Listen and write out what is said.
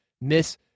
miss